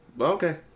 Okay